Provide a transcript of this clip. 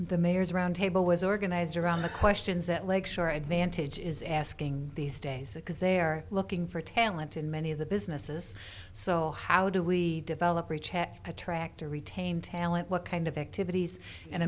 the mayor's roundtable was organized around the questions at lakeshore advantage is asking these days because they're looking for talent in many of the businesses so how do we develop attract and retain talent what kind of activities and